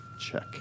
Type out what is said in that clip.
check